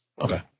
okay